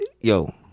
yo